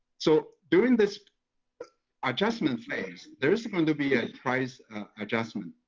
so during this adjustment phase, there is going to be a price adjustment.